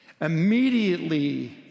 Immediately